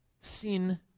sin